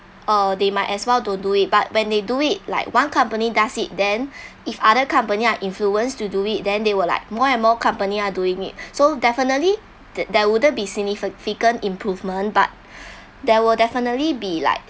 uh they might as well don't do it but when they do it like one company does it then if other company are influenced to do it then they will like more and more company are doing it so definitely that that wouldn't be significant improvement but there will definitely be like